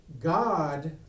God